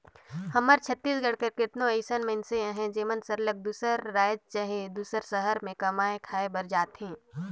हमर छत्तीसगढ़ कर केतनो अइसन मइनसे अहें जेमन सरलग दूसर राएज चहे दूसर सहर में कमाए खाए बर जाथें